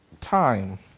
time